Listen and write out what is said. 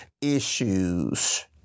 issues